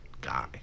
guy